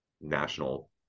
national